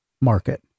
market